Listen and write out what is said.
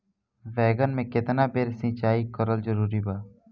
बैगन में केतना बेर सिचाई करल जरूरी बा?